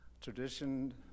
tradition